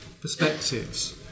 perspectives